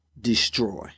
destroy